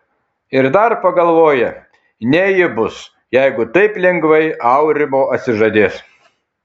ir dar pagalvoja ne ji bus jeigu taip lengvai aurimo atsižadės